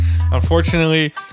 Unfortunately